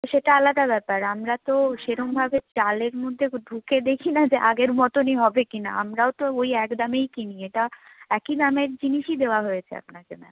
সেটা আলাদা ব্যাপার আমরা তো সেরমভাবে চালের মধ্যে ঢুকে দেখি না যে আগের মতোনই হবে কি না আমরাও তো ওই এক দামেই কিনি এটা একই দামের জিনিসই দেওয়া হয়েছে আপনাকে ম্যাম